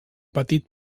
petit